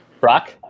Brock